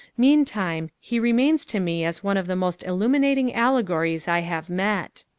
meantime he remains to me as one of the most illuminating allegories i have met.